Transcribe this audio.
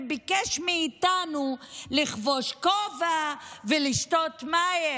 וביקש מאיתנו לחבוש כובע ולשתות מים.